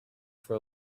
for